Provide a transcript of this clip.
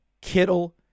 Kittle